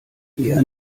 eher